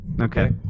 okay